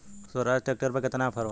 Swaraj tractor पर केतना offer बा?